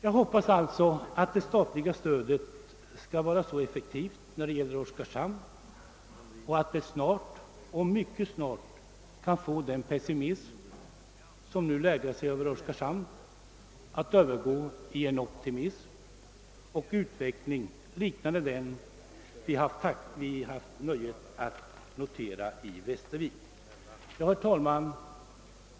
Jag hoppas att det statliga stödet skall bli lika effektivt i Oskarshamn och att mycket snart den pessimism som nu råder i staden kan vändas till optimism samt att Oskarshamn får en utveckling liknande den vi har noterat i Västervik. Herr talman!